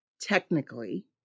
technically